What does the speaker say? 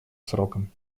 сроком